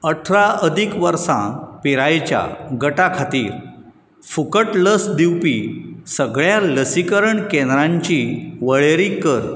अठरा अदीक वर्सां पिरायेच्या गटा खातीर फुकट लस दिवपी सगळ्या लसीकरण केंद्रांची वळेरी कर